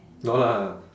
no lah